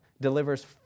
delivers